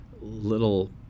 little